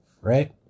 right